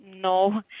No